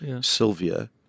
Sylvia